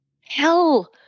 hell